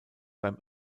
beim